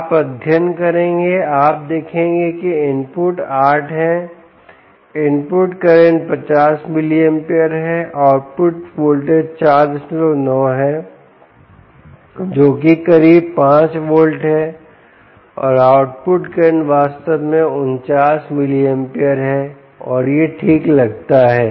आप अध्ययन करेंगे आप देखेंगे कि इनपुट 8 है इनपुट करंट 50 मिलीएंपियर है आउटपुट वोल्टेज 49 है जो कि करीब 5 वोल्ट है और आउटपुट करंट वास्तव में 49 मिलीएंपियर है और यह ठीक लगता है